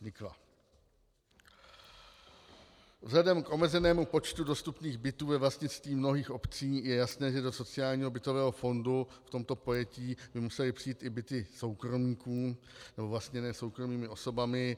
Vzhledem k omezenému počtu dostupných bytů ve vlastnictví mnohých obcí je jasné, že do sociálního bytového fondu v tomto pojetí by musely přijít i byty soukromníků, nebo vlastněné soukromými osobami.